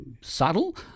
subtle